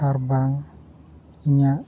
ᱟᱨᱵᱟᱝ ᱤᱧᱟᱹᱜ